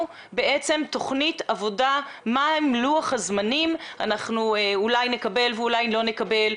תוכנית עבודה לגבי לוח הזמנים וכי אולי נקבל או לא נקבל.